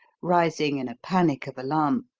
rising in a panic of alarm.